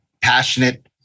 passionate